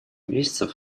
месяцев